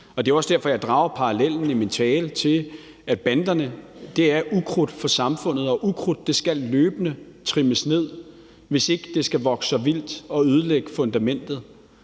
Det er også derfor, jeg drager parallellen i min tale til, at banderne er ukrudt for samfundet, og at ukrudt løbende skal trimmes ned, hvis ikke det skal vokse sig vildt og ødelægge fundamentet.